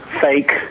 fake